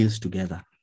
together